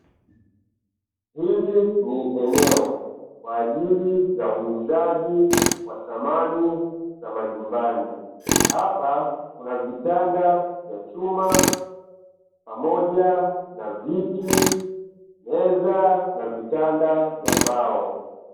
Hili ni eneo kwa ajili ya uuzaji wa samani za majumbani, hapa kuna: vitanda vya chuma, pamoja na viti, meza na vitanda vya mbao.